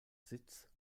sitz